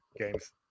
games